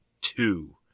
two